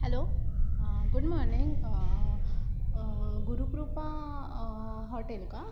hello good morning Gurukripa hotel का